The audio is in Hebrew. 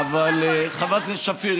חברת הכנסת שפיר,